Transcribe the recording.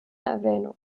erwähnung